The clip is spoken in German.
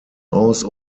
aus